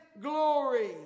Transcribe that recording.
glory